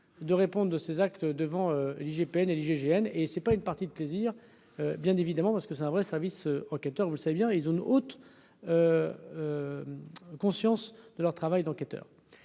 de réponde de ses actes devant l'IGPN et l'IGGN et c'est pas une partie de plaisir, bien évidemment, parce que c'est un vrai service enquêteur, vous savez bien, ils ont une haute conscience de leur travail d'enquêteur